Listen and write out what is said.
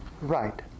right